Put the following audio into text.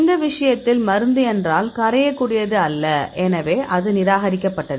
இந்த விஷயத்தில் மருந்து என்றால் கரையக்கூடியது அல்ல எனவே அது நிராகரிக்கப்பட்டது